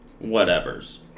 whatever's